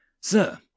Sir